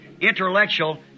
intellectual